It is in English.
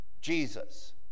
Jesus